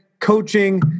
coaching